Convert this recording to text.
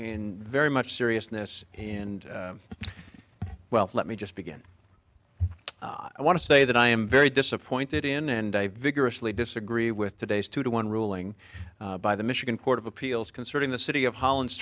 in very much seriousness and well let me just begin i want to say that i am very disappointed in and i vigorously disagree with today's two to one ruling by the michigan court of appeals concerning the city of holland's